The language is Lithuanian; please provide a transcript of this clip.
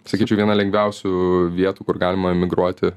sakyčiau viena lengviausių vietų kur galima emigruoti